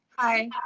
Hi